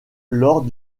lors